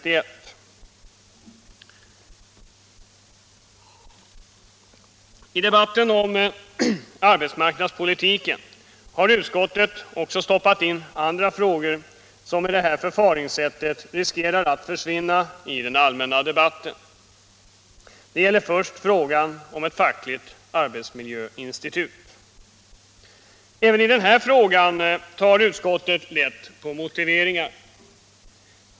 I debatten om arbetsmarknadspolitiken har utskottet också stoppat in andra frågor som med detta förfaringssätt riskerar att försvinna i den allmänna debatten. Det gäller först frågan om ett fackligt arbetsmiljöinstitut. Även i denna fråga tar utskottet lätt på motiveringarna.